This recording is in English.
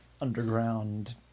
underground